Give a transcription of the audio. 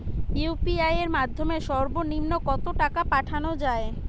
UPI এর মাধ্যমে সর্ব নিম্ন কত টাকা পাঠানো য়ায়?